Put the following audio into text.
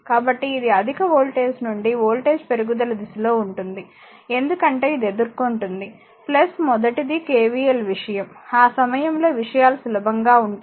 కాబట్టి ఇది అధిక వోల్టేజ్ నుండి వోల్టేజ్ పెరుగుదల దిశలో ఉంటుంది ఎందుకంటే ఇది ఎదుర్కుంటుంది మొదటిది KVL విషయం ఆ సమయంలో విషయాలు సులభంగా ఉంటాయి